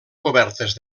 cobertes